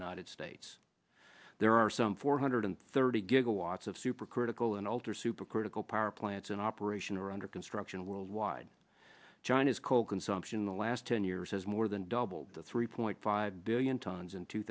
united states there are some four hundred thirty gigawatts of supercritical and ultra supercritical power plants in operation are under construction worldwide china's coal consumption in the last ten years has more than doubled to three point five billion tons in two